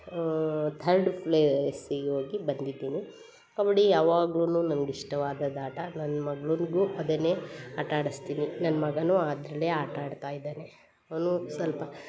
ಆಂ third ಪ್ಲೇಸಿಗೆ ಹೋಗಿ ಬಂದಿದ್ದೀನಿ ಕಬಡ್ಡಿ ಯಾವಾಗ್ಲೂ ನನ್ಗೆ ಇಷ್ಟವಾದ ಆಟ ನನ್ನ ಮಗುನ್ಗು ಅದನ್ನೇ ಆಟ ಆಡಿಸ್ತೀನಿ ನನ್ನ ಮಗನೂ ಅದರಲ್ಲೇ ಆಟ ಆಡ್ತಾ ಇದ್ದಾನೆ ಅವನು ಸ್ವಲ್ಪ